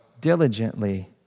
diligently